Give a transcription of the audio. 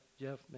Jeff